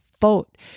vote